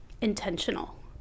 intentional